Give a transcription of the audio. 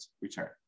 return